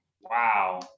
Wow